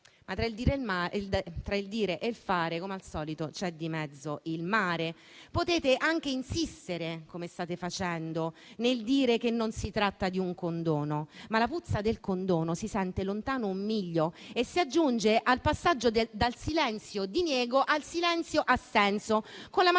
ma tra il dire e il fare, come al solito, c'è di mezzo il mare. Potete anche insistere, come state facendo, nel dire che non si tratta di un condono, ma la puzza del condono si sente lontano un miglio e si aggiunge al passaggio dal silenzio diniego al silenzio assenso, con la maggior